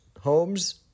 homes